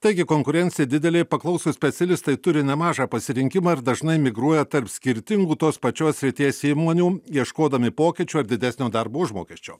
taigi konkurencija didelė paklausūs specialistai turi nemažą pasirinkimą ir dažnai migruoja tarp skirtingų tos pačios srities įmonių ieškodami pokyčių ar didesnio darbo užmokesčio